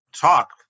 talk